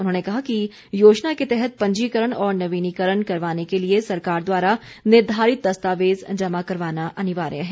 उन्होंने कहा कि योजना के तहत पंजीकरण और नवीनीकरण करवाने के लिए सरकार द्वारा निर्धारित दस्तावेज जमा करवाना अनिवार्य है